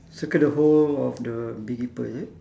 circle the whole of the beekeeper is it